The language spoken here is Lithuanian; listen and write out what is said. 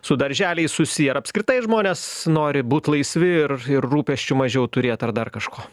su darželiais susiję ar apskritai žmonės nori būt laisvi ir rūpesčių mažiau turėt ar dar kažko